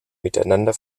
miteinander